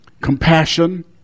compassion